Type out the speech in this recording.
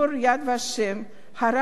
הרב הראשי לשעבר